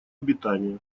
обитания